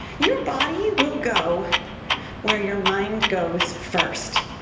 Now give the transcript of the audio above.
your body will go where your mind goes first.